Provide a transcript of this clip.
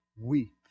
weep